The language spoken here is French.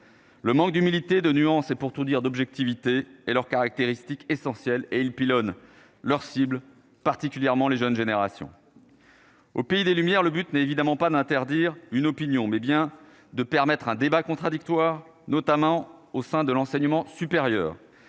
Le manque d'humilité de nuances et pour tout dire, d'objectivité et leurs caractéristiques essentielles et le pylône leur cible particulièrement les jeunes générations. Au pays des Lumières, le but n'est évidemment pas d'interdire une opinion, mais bien de permettre un débat contradictoire, notamment au sein de l'enseignement supérieur